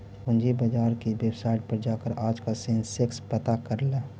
पूंजी बाजार की वेबसाईट पर जाकर आज का सेंसेक्स पता कर ल